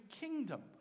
kingdom